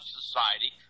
society